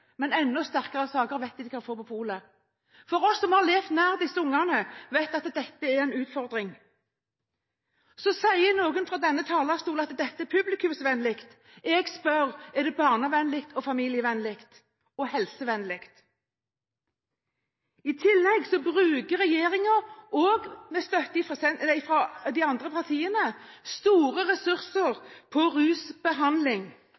men enda sterkere saker vet de at de kan få på polet. Vi som har levd nær disse ungene, vet at dette er en utfordring. Så sier noen fra denne talerstolen at dette er publikumsvennlig. Jeg spør: Er det barnevennlig, familievennlig og helsevennlig? I tillegg bruker regjeringen, også med støtte fra de andre partiene, store